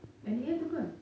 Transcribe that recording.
N_E_A tu apa